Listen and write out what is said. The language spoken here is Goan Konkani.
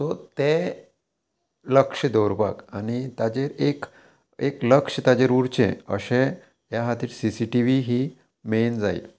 सो तें लक्ष दवरपाक आनी ताचेर एक एक लक्ष ताचेर उरचें अशें ह्या खातीर सी सी टी वी ही मेन जाय